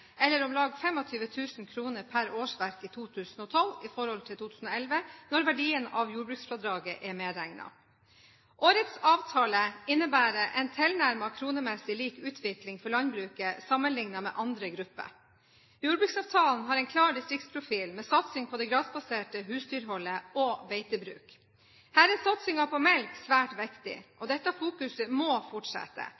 eller om lag 25 000 kr per årsverk i 2012 i forhold til 2011 når verdien av jordbruksfradraget er medregnet. Årets avtale innebærer en tilnærmet kronemessig lik utvikling for landbruket sammenlignet med andre grupper. Jordbruksavtalen har en klar distriktsprofil med satsing på det grasbaserte husdyrholdet og beitebruk. Her er satsingen på melk svært viktig, og